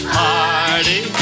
party